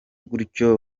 gutyo